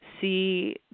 see